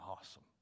awesome